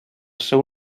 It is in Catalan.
seu